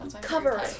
cover